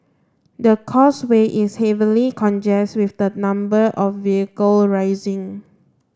the causeway is heavily congest with the number of vehicle rising